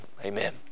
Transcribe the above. Amen